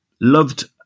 loved